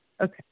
Okay